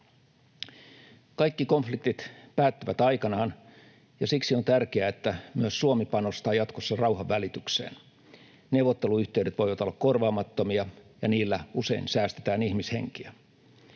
Kaikki konfliktit päättyvät aikanaan, ja siksi on tärkeää, että myös Suomi panostaa jatkossa rauhanvälitykseen. Neuvotteluyhteydet voivat olla korvaamattomia, ja niillä usein säästetään ihmishenkiä.